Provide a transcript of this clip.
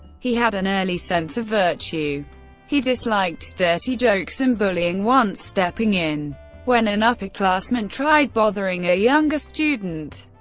he had an early sense of virtue he disliked dirty jokes and bullying, once stepping in when an upperclassman tried bothering a younger student.